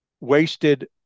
wasted